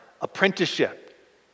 apprenticeship